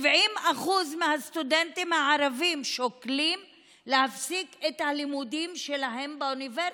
70% מהסטודנטים הערבים שוקלים להפסיק את הלימודים שלהם באוניברסיטה.